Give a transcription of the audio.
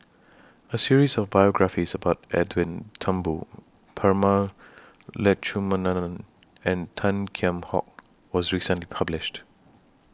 A series of biographies about Edwin Thumboo Prema Letchumanan and Tan Kheam Hock was recently published